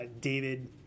David